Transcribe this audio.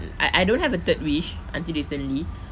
uh I don't have a third wish until recently